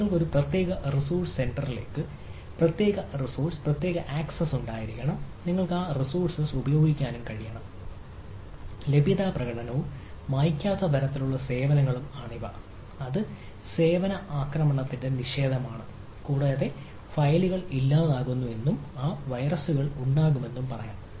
നിങ്ങൾക്ക് ഒരു പ്രത്യേക റിസോഴ്സ് സെന്ററിലേക്ക് പ്രത്യേക റിസോഴ്സ് പ്രത്യേക ആക്സസ് ഉണ്ടായിരിക്കണം നിങ്ങൾക്ക് ആ റിസോഴ്സ് ഉപയോഗിക്കാൻ കഴിയും ലഭ്യത പ്രകടനവും മായ്ക്കാത്ത തരത്തിലുള്ള സേവനങ്ങളും ആണിവ അത് സേവന ആക്രമണത്തിന്റെ നിഷേധമാണ് കൂടാതെ ഫയലുകൾ ഇല്ലാതാക്കുന്ന വൈറസ് ഉണ്ടാകാം